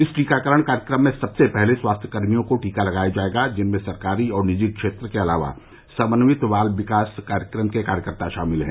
इस टीकाकरण कार्यक्रम में सबसे पहले स्वास्थ्यकर्मियों को टीका लगाया जाएगा जिनमें सरकारी और निजी क्षेत्रों के अलावा समन्वित बाल विकास कार्यक्रम के कार्यकर्ता शामिल हैं